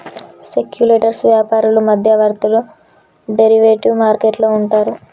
speculators వ్యాపారులు మధ్యవర్తులు derivative market లో ఉంటారు